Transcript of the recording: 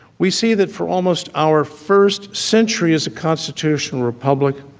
we see that for almost our first century as a constitutional republic,